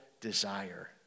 desire